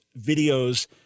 videos